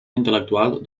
intel·lectual